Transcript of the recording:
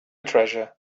treasure